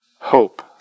Hope